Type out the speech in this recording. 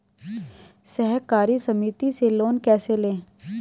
सहकारी समिति से लोन कैसे लें?